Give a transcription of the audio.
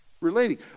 relating